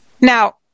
Now